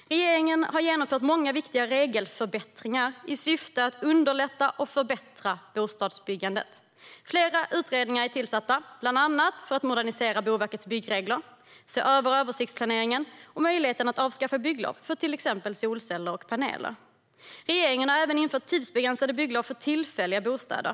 Regeringen har genomfört många viktiga regelförbättringar i syfte att underlätta och förbättra bostadsbyggandet. Flera utredningar är tillsatta, bland annat för att modernisera Boverkets byggregler och för att se över översiktsplaneringen och möjligheten att avskaffa bygglovskrav för till exempel solceller och paneler. Regeringen har även infört tidsbegränsade bygglov för tillfälliga bostäder.